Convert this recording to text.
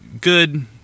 good